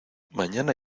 mañana